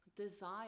desire